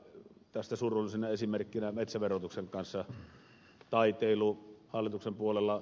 tästä surullisena esimerkkinä metsäverotuksen kanssa taiteilu hallituksen puolella